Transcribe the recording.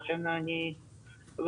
לכן אני לא